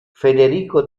federico